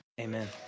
Amen